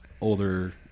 older